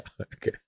Okay